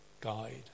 guide